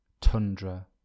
tundra